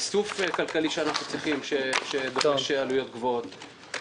איסוף כלכלי שאנחנו צריכים שיש לו עלויות גבוהות,